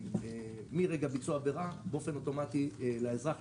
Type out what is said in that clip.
מרגע ביצוע העבירה באופן אוטומטי לאזרח,